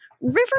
River